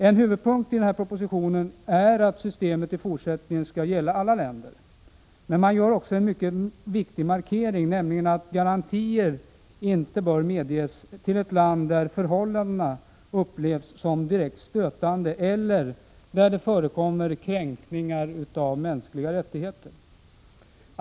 En huvudpunkt i propositionen är att systemet i fortsättningen skall gälla alla länder. Men man gör också en mycket viktig markering, nämligen att garantier inte bör medges i ett land där förhållandena ”upplevs som direkt stötande” eller där det förekommer kränkningar av mänskliga rättigheter.